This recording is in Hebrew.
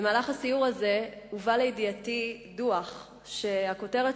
במהלך הסיור הזה הובא לידיעתי דוח שהכותרת